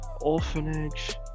Orphanage